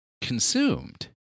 consumed